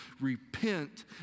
Repent